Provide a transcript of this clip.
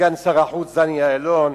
סגן שר החוץ דני אילון,